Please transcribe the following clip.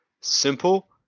Simple